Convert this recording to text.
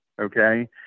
okay